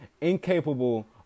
incapable